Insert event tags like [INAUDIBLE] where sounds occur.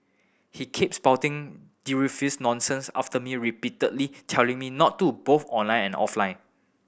he kept spouting [UNINTELLIGIBLE] nonsense after me repeatedly telling me not do both online and offline